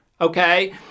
Okay